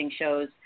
shows